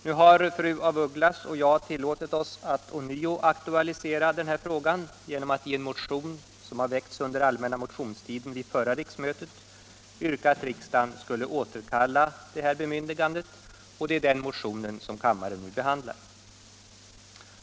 Nu har fru af Ugglas och jag tillåtit oss att aktualisera denna fråga ånyo genom att i en motion som väcktes under allmänna motionstiden vid förra riksmötet yrka att riksdagen skulle återkalla bemyndigandet. Det är den motionen som kammaren nu behandlar.